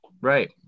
Right